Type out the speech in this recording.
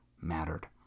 mattered